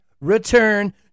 return